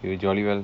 you jolly well